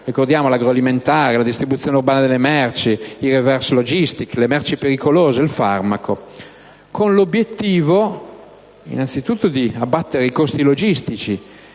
di filiera (agroalimentare, la distribuzione urbana delle merci, *reverse logistics*, merci pericolose, farmaco), con l'obiettivo di abbattere i costi logistici,